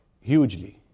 hugely